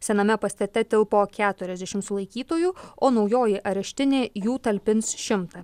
sename pastate tilpo keturiasdešim sulaikytųjų o naujoji areštinė jų talpins šimtą